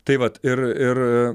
tai vat ir ir